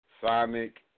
Sonic